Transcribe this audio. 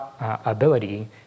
ability